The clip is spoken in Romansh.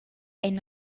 ein